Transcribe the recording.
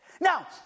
Now